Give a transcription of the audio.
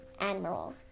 Admiral